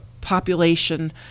population